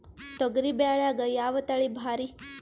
ತೊಗರಿ ಬ್ಯಾಳ್ಯಾಗ ಯಾವ ತಳಿ ಭಾರಿ?